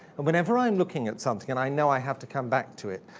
and whenever i'm looking at something and i know i have to come back to it,